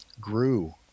grew